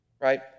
right